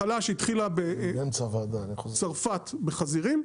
מחלה שהתחילה בצרפת בחזירים,